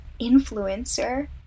influencer